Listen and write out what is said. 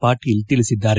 ಪಾಟೀಲ್ ತಿಳಿಸಿದ್ದಾರೆ